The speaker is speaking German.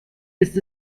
ist